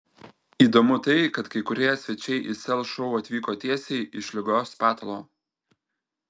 įdomu tai kad kai kurie svečiai į sel šou atvyko tiesiai iš ligos patalo